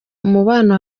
umubano